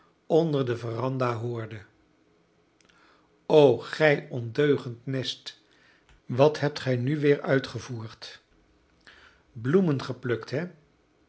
onder de veranda hoorde o gij ondeugend nest wat hebt gij nu weer uitgevoerd bloemen geplukt he